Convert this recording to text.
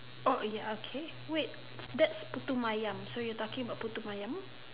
oh ya okay wait that's Putu-Mayam so you're talking about Putu-Mayam